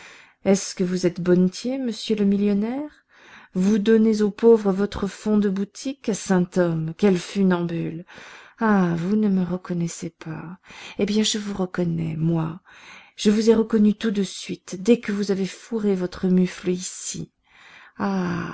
est-ce que vous êtes bonnetier monsieur le millionnaire vous donnez aux pauvres votre fonds de boutique saint homme quel funambule ah vous ne me reconnaissez pas eh bien je vous reconnais moi je vous ai reconnu tout de suite dès que vous avez fourré votre mufle ici ah